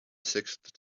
sixth